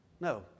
No